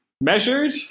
measured